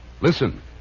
Listen